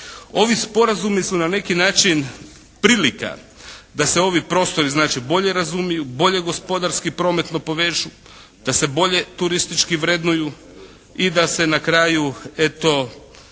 Ovi sporazumi su na neki način prilika da se ovi prostori znači bolje razumiju, bolje gospodarski, prometno povežu, da se bolje turistički vrednuju i da se na kraju eto